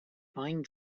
fine